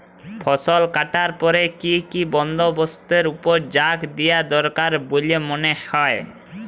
ফসলকাটার পরে কি কি বন্দবস্তের উপর জাঁক দিয়া দরকার বল্যে মনে হয়?